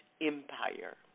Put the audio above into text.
empire